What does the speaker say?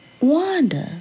Wanda